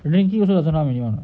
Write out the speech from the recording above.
drinking also doesn't harm anyone [what]